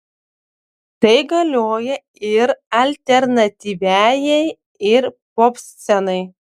tai galioja ir alternatyviajai ir popscenai